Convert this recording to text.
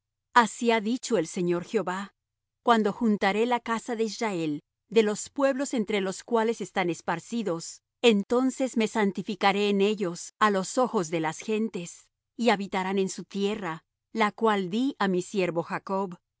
así ha dicho el señor jehová cuando juntaré la casa de israel de los pueblos entre los cuales están esparcidos entonces me santificaré en ellos á los ojos de las gentes y habitarán en su tierra la cual dí á mi siervo jacob y